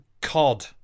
Cod